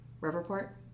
Riverport